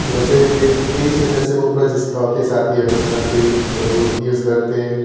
त्यो चाहिँ त्यही त्यही सुनेर चाहिँ म पुरा जिस्काउँथेँ साथीहरूसँग त्यहीहरू युज गर्थेँ